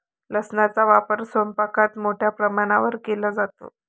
लसणाचा वापर स्वयंपाकात मोठ्या प्रमाणावर केला जातो